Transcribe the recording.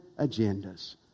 agendas